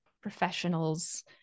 professionals